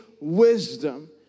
wisdom